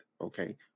okay